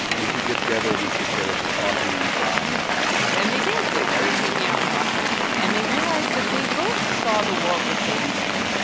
we should get together. we should get together for coffee um and they did. they started hanging out in washington. and they realized that they both saw the world the same way.